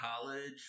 college